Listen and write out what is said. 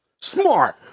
Smart